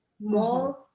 more